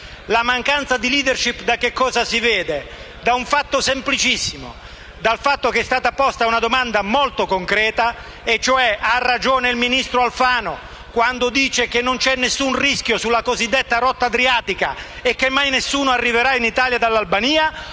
La mancanza di *leadership* da cosa si vede? Da un fatto semplicissimo. È stata posta una domanda molto concreta: ha ragione il ministro Alfano quando dice che non c'è alcun rischio sulla cosiddetta rotta adriatica e che mai nessuno arriverà in Italia dall'Albania,